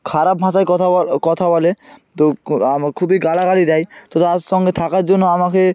খারাপ ভাষায় কথা ব কথা বলে তো ক আম খুবই গালাগালি দেয় তো তার সঙ্গে থাকার জন্য আমাকে